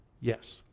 Yes